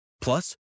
Plus